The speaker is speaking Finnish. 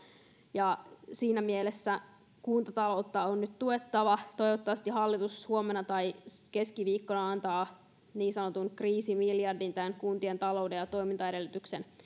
ja siinä mielessä kuntataloutta on nyt tuettava toivottavasti hallitus huomenna tai keskiviikkona antaa niin sanotun kriisimiljardin tähän kuntien talouden ja toimintaedellytysten